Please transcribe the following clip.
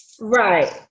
right